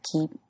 keep